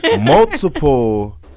Multiple